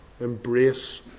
embrace